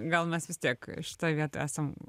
gal mes vis tiek šitoj vietoj esam